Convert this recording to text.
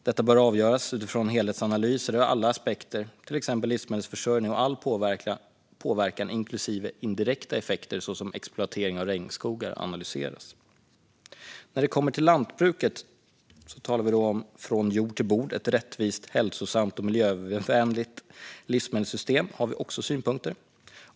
Detta bör avgöras utifrån helhetsanalyser där alla aspekter analyseras, till exempel livsmedelsförsörjning och all påverkan inklusive indirekta effekter såsom exploatering av regnskogar. Vi har också synpunkter när det kommer till lantbruket och från jord till bord - ett rättvist, hälsosamt och miljövänligt livsmedelssystem.